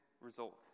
result